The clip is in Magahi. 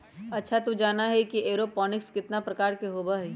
अच्छा तू जाना ही कि एरोपोनिक्स कितना प्रकार के होबा हई?